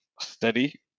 Steady